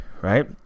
right